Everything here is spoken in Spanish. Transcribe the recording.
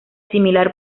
similar